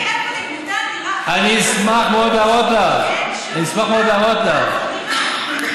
תראה לי איפה נבנתה דירה אחת.